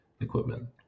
equipment